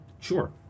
Sure